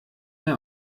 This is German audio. mehr